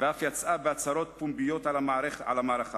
ואף יצאה בהצהרות פומביות על המערכה,